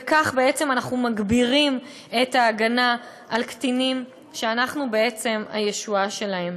בכך בעצם אנחנו מגבירים את ההגנה על קטינים שאנחנו בעצם הישועה שלהם.